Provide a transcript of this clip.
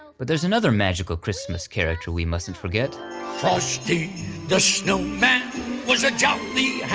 but there's another magical christmas character we mustn't forget frosty the snowman was a jolly